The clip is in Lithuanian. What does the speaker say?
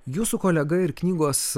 jūsų kolega ir knygos